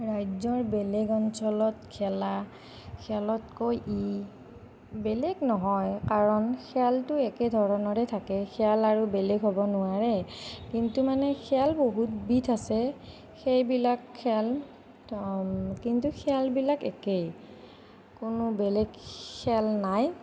ৰাজ্য়ৰ বেলেগ অঞ্চলত খেলা খেলতকৈ ই বেলেগ নহয় কাৰণ খেলটো একে ধৰণৰে থাকে খেল আৰু বেলেগ হ'ব নোৱাৰে কিন্তু মানে খেল বহুতবিধ আছে সেইবিলাক খেল কিন্তু খেলবিলাক একেই কোনো বেলেগ খেল নাই